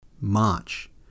March